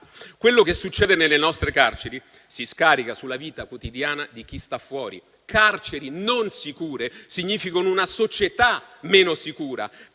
Quello che succede nelle nostre carceri si scarica sulla vita quotidiana di chi sta fuori. Carceri non sicure significano una società meno sicura;